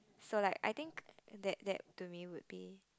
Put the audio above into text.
so like I think that that to me would be